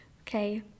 Okay